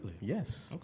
Yes